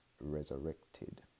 resurrected